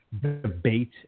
debate